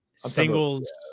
singles